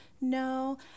No